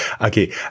Okay